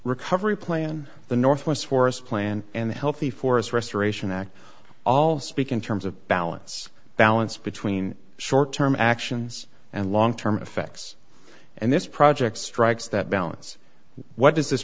recovery plan the northwest forest plan and the healthy forest restoration act all speak in terms of balance balance between short term actions and long term effects and this project strikes that balance what does this